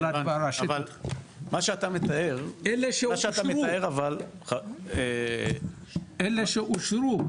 אבל, מה שאתה מתאר אבל --- אלה שאושרו.